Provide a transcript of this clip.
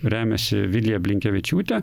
remiasi vilija blinkevičiūte